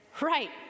right